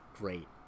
great